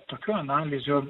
tokių analizių